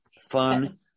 fun